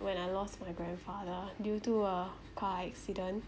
when I lost my grandfather due to a car accident